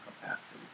capacity